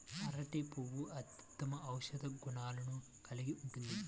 అరటి పువ్వు అత్యుత్తమ ఔషధ గుణాలను కలిగి ఉంటుంది